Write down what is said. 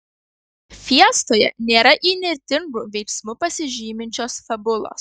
fiestoje nėra įnirtingu veiksmu pasižyminčios fabulos